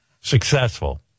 successful